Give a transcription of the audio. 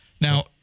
now